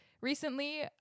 recently